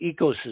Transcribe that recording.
ecosystem